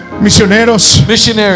misioneros